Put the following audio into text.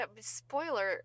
spoiler